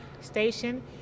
station